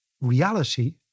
reality